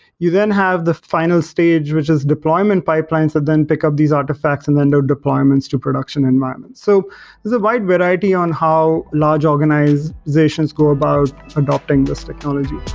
you then have the final stage which is deployment pipelines that then pick up these artifacts and then do deployments to production environments. so there's a wide variety on how large organizations go about adopting this technology